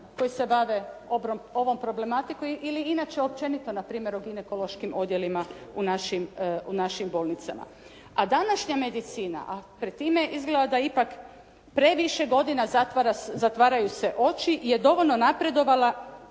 koji se bave ovom problematikom ili inače općenito na primjer o ginekološkim odjelima u našim bolnicama. A današnja medicina a pred time izgleda da ipak previše godina zatvaraju se oči je dovoljno napredovala